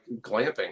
glamping